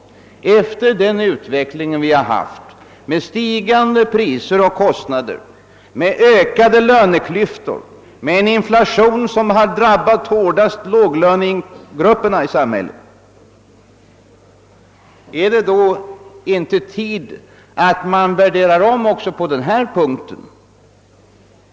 Efter den utveckling som skett med stigande priser och kostnader, ökade löneklyftor och en inflation som hårdast drabbat låglönegrupperna i samhället, är det då inte tid för en omvärdering även på den här punkten, herr statsminister?